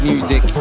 Music